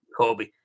Kobe